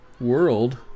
world